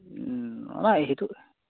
নাই সেইটো